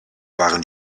waren